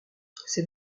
ses